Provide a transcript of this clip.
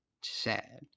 sad